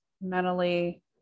mentally